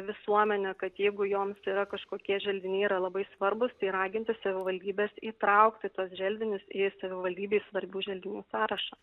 visuomenę kad jeigu joms yra kažkokie želdiniai yra labai svarbūs tai raginti savivaldybes įtraukti tuos želdinius į savivaldybei svarbių želdinių sąrašą